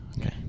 Okay